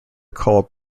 called